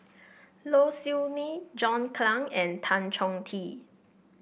Low Siew Nghee John Clang and Tan Chong Tee